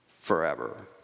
forever